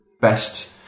best